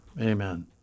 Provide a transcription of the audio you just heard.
Amen